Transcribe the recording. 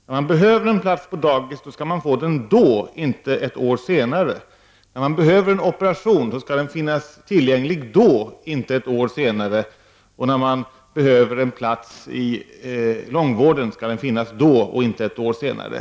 När man behöver plats på dagis skall man få den då och inte ett år senare. När man behöver en operation skall den finnas tillgänglig just då och inte ett år senare. g När man behöver en plats på långvården skall den finnas då och inte ett år senare.